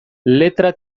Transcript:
letra